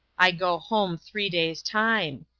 i go home three days time.